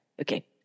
Okay